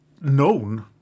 known